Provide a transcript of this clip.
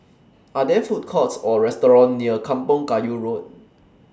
Are There Food Courts Or restaurants near Kampong Kayu Road